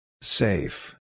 Safe